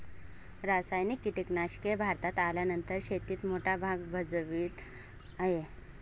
रासायनिक कीटनाशके भारतात आल्यानंतर शेतीत मोठा भाग भजवीत आहे